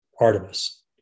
Artemis